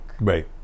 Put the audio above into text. Right